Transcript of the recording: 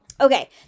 Okay